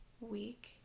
week